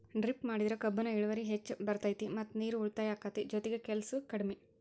drip ಮಾಡಿದ್ರ ಕಬ್ಬುನ ಇಳುವರಿ ಹೆಚ್ಚ ಬರ್ತೈತಿ ಮತ್ತ ನೇರು ಉಳಿತಾಯ ಅಕೈತಿ ಜೊತಿಗೆ ಕೆಲ್ಸು ಕಡ್ಮಿ